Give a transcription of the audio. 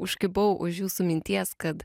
užkibau už jūsų minties kad